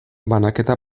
banaketa